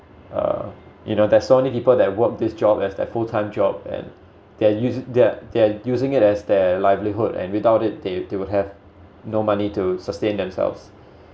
uh you know there's so many people that work this job as their full time job and they're using they're they're using it as their livelihood and without it they they will have no money to sustain themselves